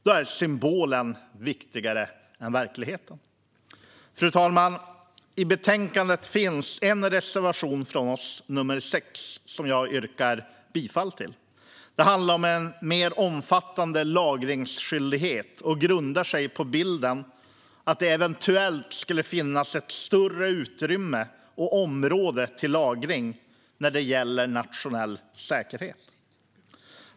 Då är symbolen viktigare än verkligheten. Fru talman! I betänkandet finns en reservation från oss, nr 5, som jag yrkar bifall till. Det handlar om en mer omfattande lagringsskyldighet och grundar sig på bilden att det eventuellt skulle finnas ett större utrymme och område till lagring när det gäller nationell säkerhet.